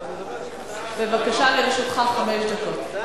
בבקשה, לרשותך חמש דקות.